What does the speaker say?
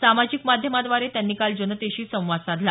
सामाजिक माध्यमाद्वारे त्यांनी काल जनतेशी संवाद साधला